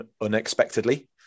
unexpectedly